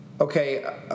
Okay